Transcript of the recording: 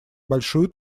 большую